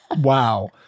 Wow